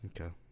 Okay